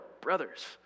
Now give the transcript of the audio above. brothers